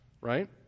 right